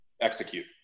execute